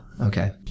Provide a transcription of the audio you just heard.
Okay